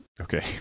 Okay